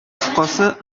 кыскасы